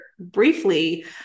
briefly